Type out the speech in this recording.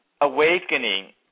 awakening